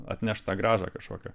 atnešt tą grąžą kažkokią